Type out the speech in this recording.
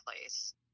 place